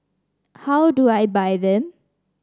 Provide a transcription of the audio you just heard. how do I buy them